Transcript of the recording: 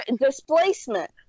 Displacement